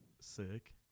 sick